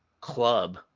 club